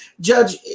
Judge